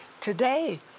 today